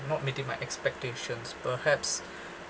not meeting my expectations perhaps